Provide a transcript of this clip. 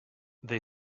they